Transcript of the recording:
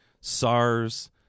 SARS